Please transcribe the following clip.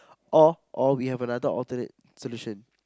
or or we have another alternate solution